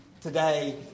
today